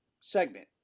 segment